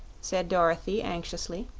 said dorothy, anxiously.